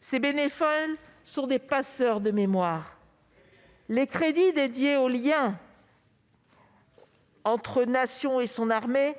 Ces bénévoles sont des passeurs de mémoire. Absolument ! Les crédits dédiés au programme « Liens entre la Nation et son armée »